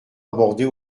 aborder